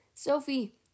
Sophie